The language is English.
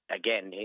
again